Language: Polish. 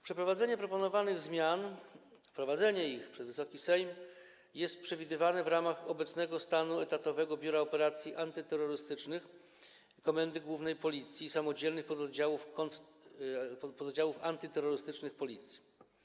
Przeprowadzenie proponowanych zmian, wprowadzenie ich przez Wysoki Sejm jest przewidywane w ramach obecnego stanu etatowego Biura Operacji Antyterrorystycznych Komendy Głównej Policji i samodzielnych pododdziałów antyterrorystycznych Policji.